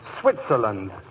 Switzerland